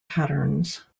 patterns